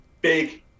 big